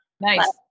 Nice